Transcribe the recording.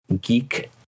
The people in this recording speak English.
Geek